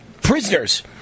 prisoners